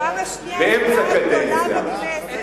בפעם השנייה, סיעה גדולה בכנסת, זה אחד.